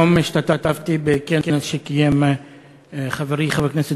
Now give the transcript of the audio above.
היום השתתפתי בכנס שקיים חברי חבר הכנסת